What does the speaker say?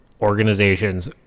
Organizations